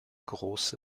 große